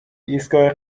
ایستگاه